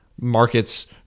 markets